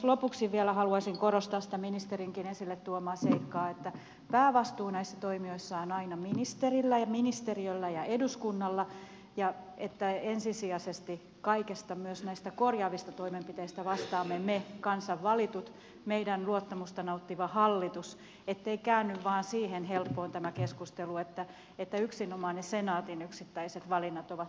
lopuksi vielä haluaisin korostaa sitä ministerinkin esille tuomaa seikkaa että päävastuu näissä toimijoissa on aina ministerillä ja ministeriöllä ja eduskunnalla että ensisijaisesti kaikesta myös näistä korjaavista toimenpiteistä vastaamme me kansan valitut ja meidän luottamusta nauttiva hallitus ettei käänny vain siihen helppoon tämä keskustelu että yksinomaan ne senaatin yksittäiset valinnat ovat tässä se ongelma